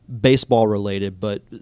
baseball-related—but